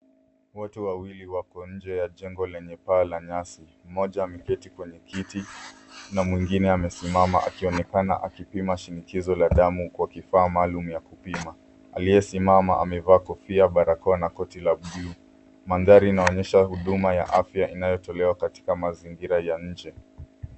Watu wawili wako nje ya jengo lenye paa ya nyasi. Mmoja ameketi kwenye kiti na mwingine amesimama akionekana akipima shinikizo la damu kwa kifaa maalum ya kupima. Aliyesimama amevaa kofia, barakoa na koti la blue . Mandhari inaonyesha huduma ya afya inayotolewa katika mazingira ya nje.